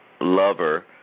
lover